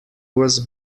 was